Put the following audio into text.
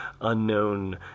unknown